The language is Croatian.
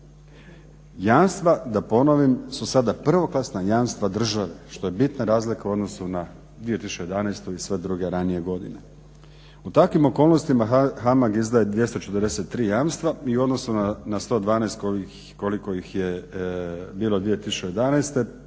Jamstva da ponovim su sada prvoklasna jamstva države što je bitna razlika u odnosu na 2011.i sve druge ranije godine. u takvim okolnostima HAMAG izdaje 243 jamstva i u odnosu na 112 koliko ih je bilo 2011.to